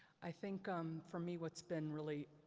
i think um for me what's been really